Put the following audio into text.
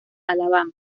alabama